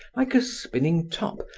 like a spinning top,